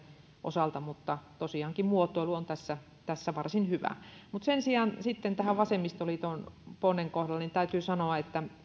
osalta mutta tosiaankin muotoilu on tässä tässä varsin hyvä mutta sen sijaan sitten tämän vasemmistoliiton ponnen kohdalla täytyy sanoa että